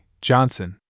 Johnson